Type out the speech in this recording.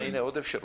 הנה עוד אפשרות.